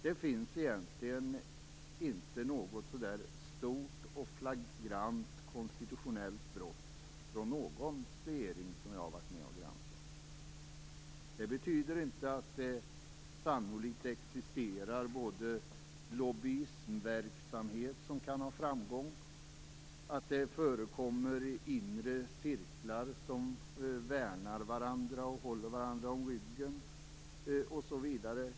Det finns egentligen inte något stort och flagrant konstitutionellt brott som någon regering som jag har varit med och granskat har begått. Det betyder sannolikt inte att det inte existerar lobbyverksamhet, som kan ha framgång, och att det förekommer inre cirklar som värnar varandra och håller varandra om ryggen.